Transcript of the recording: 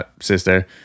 sister